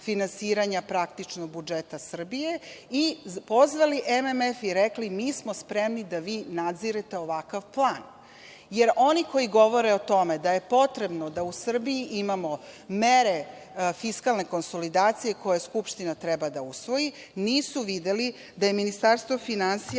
finansiranja praktično budžeta Srbije i pozvali MMF i rekli, mi smo spremni da vi nadzirete ovakav plan. Oni koji govore o tome da je potrebno da u Srbiji imamo mere fiskalne konsolidacije koje Skupština treba da usvoji nisu videli da je Ministarstvo finansija